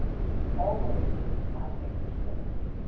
he was always asking for sympathy.